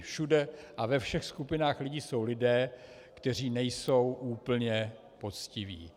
Všude a ve všech skupinách lidí jsou lidé, kteří nejsou úplně poctiví.